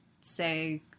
say